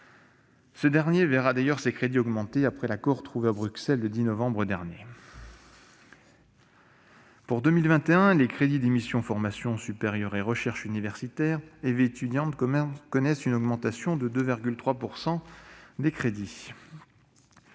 Ce dernier verra d'ailleurs ses crédits augmentés après l'accord trouvé à Bruxelles le 10 novembre dernier. Pour 2021, les crédits des programmes « Formations supérieures et recherche universitaire » et « Vie étudiante » connaissent une augmentation de 2,3 % en crédits